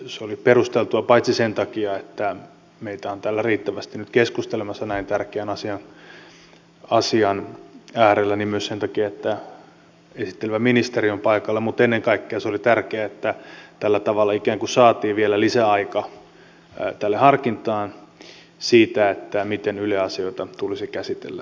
se oli perusteltua paitsi sen takia että meitä on täällä riittävästi nyt keskustelemassa näin tärkeän asian äärellä myös sen takia että esittelevä ministeri on paikalla mutta ennen kaikkea se oli tärkeää sen vuoksi että tällä tavalla ikään kuin saatiin vielä lisäaika tälle harkinnalle siitä miten yle asioita tulisi käsitellä